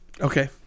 Okay